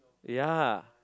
ya